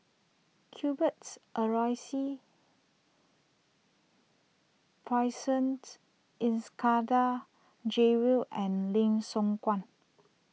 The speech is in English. Cuthberts Aloysius Pridsons Iskandar Jalil and Lim Siong Guan